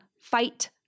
fight